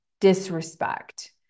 disrespect